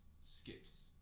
skips